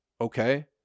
Okay